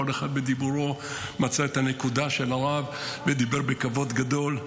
כל אחד בדיבורו מצא את הנקודה של הרב ודיבר בכבוד גדול.